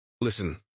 Listen